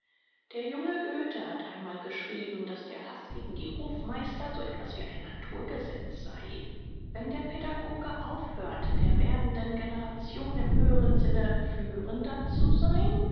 der junge goethe hat einmal geschrieben daß der haß gegen die hofmeister so etwas wie ein naturgesetz sei wenn der pädagoge aufhört der werdenden generation im höheren sinne führender zu sein